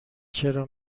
چرا